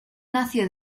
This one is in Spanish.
nació